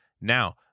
Now